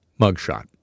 mugshot